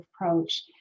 approach